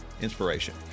inspiration